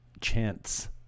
chance